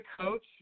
coach